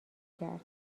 کرد